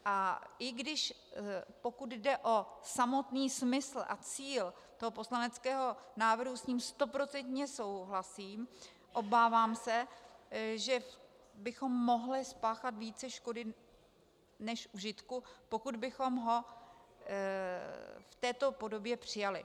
A i když pokud jde o samotný smysl a cíl poslaneckého návrhu, s ním stoprocentně souhlasím, obávám se, že bychom mohli spáchat více škody než užitku, pokud bychom ho v této podobě přijali.